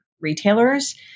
retailers